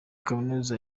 kaminuza